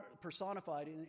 personified